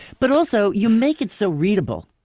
but also you make it so readable.